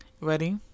ready